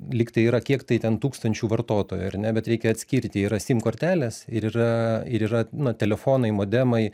lyg tai yra kiek tai ten tūkstančių vartotojų ar ne bet reikia atskirti yra sim kortelės ir yra ir yra nu telefonai modemai